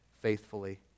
faithfully